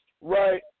Right